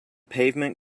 pavement